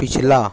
پچھلا